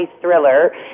thriller